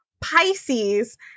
Pisces